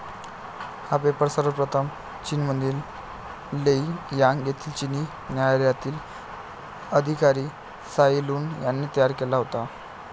हा पेपर सर्वप्रथम चीनमधील लेई यांग येथील चिनी न्यायालयातील अधिकारी त्साई लुन यांनी तयार केला होता